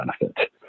benefit